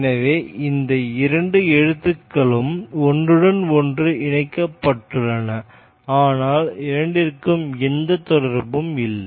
எனவே இந்த இரண்டு எழுத்துக்களும் ஒன்றுடன் ஒன்று இணைக்கப்பட்டுள்ளன ஆனால் இரண்டிற்கும் எந்த தொடர்பும் இல்லை